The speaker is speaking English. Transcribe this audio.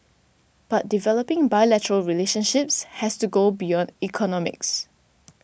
but developing bilateral relationships has to go beyond economics